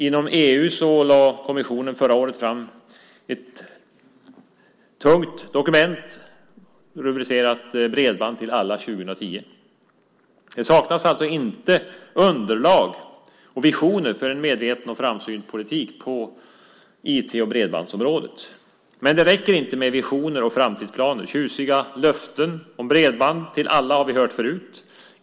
Inom EU lade kommissionen förra året fram ett tungt dokument med rubriken Bredband till alla 2010 . Det saknas alltså inte underlag och visioner för en medveten och framsynt politik på IT och bredbandsområdet. Men det räcker inte med visioner och framtidsplaner. Tjusiga löften om bredband till alla har vi hört förut.